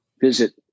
visit